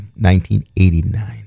1989